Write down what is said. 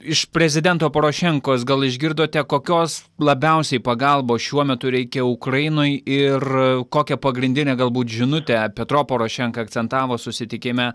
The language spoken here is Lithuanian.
iš prezidento porošenkos gal išgirdote kokios labiausiai pagalbos šiuo metu reikia ukrainoj ir kokią pagrindinę galbūt žinutę petro porošenka akcentavo susitikime